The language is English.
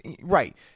right